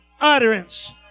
utterance